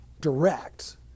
direct